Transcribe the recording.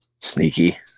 sneaky